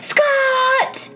Scott